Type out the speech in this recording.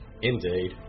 Indeed